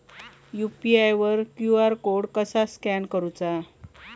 UPI वर QR code कसा scan करूचा?